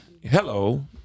Hello